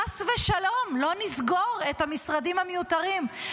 חס ושלום, לא נסגור את המשרדים המיותרים.